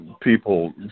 people